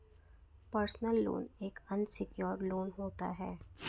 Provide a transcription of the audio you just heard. personal loan एक unsecured loan होता है